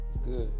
Good